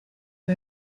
the